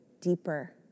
deeper